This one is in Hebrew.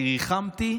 אני ריחמתי,